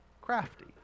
crafty